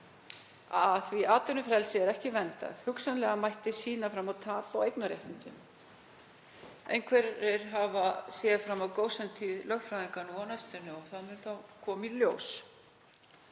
Atvinnufrelsi er ekki verndað, hugsanlega mætti sýna fram á tap á eignarréttindum. Einhverjir hafa séð fram á gósentíð lögfræðinga á næstunni og það mun þá koma í ljós.